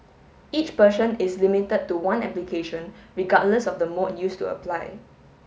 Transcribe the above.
each person is limited to one application regardless of the mode used to apply